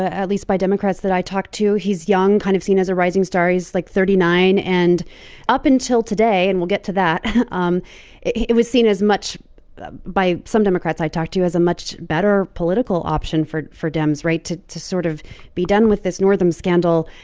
ah at least by democrats that i talked to. he's young, kind of seen as a rising like, thirty nine, and up until today and we'll get to that um it was seen as much ah by some democrats i talked to as a much better political option for for dems right? to to sort of be done with this northam scandal,